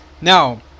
Now